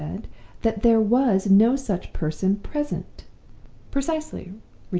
that there was no such person present precisely,